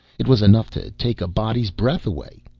it was enough to take a body's breath away.